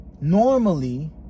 Normally